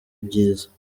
ibyiza